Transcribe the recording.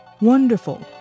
wonderful